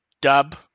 dub